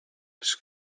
his